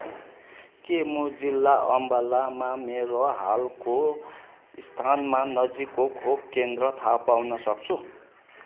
के म जिल्ला अम्बालामा मेरो हालको स्थानमा नजिकको खोप केन्द्र थाहा पाउन सक्छु